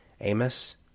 Amos